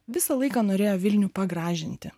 visą laiką norėjo vilnių pagražinti